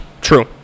True